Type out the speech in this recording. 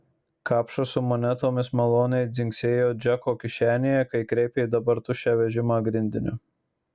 kapšas su monetomis maloniai dzingsėjo džeko kišenėje kai kreipė dabar tuščią vežimą grindiniu